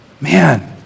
Man